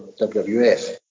WWF